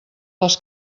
les